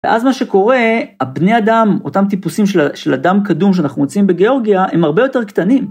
ואז מה שקורה, הבני אדם, אותם טיפוסים של אדם קדום שאנחנו מוצאים בגיאורגיה, הם הרבה יותר קטנים.